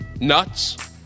nuts